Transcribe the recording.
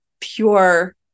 pure